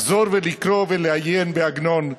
לחזור ולקרוא ולעיין בעגנון,